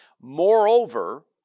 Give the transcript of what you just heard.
Moreover